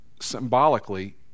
symbolically